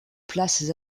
places